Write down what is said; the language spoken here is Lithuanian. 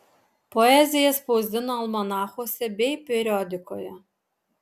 poeziją spausdino almanachuose bei periodikoje